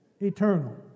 eternal